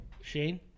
Shane